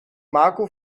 marco